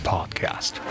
Podcast